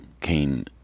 came